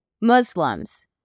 Muslims